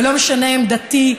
ולא משנה עמדתי,